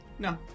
No